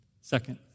Second